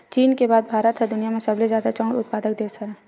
चीन के बाद भारत ह दुनिया म सबले जादा चाँउर उत्पादक देस हरय